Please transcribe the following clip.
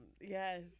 yes